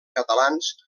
catalans